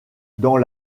dans